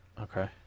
Okay